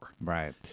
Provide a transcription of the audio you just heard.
right